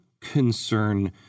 concern